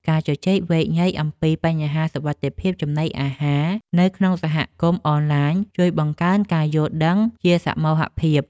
ការជជែកវែកញែកអំពីបញ្ហាសុវត្ថិភាពចំណីអាហារនៅក្នុងក្រុមសហគមន៍អនឡាញជួយបង្កើនការយល់ដឹងជាសមូហភាព។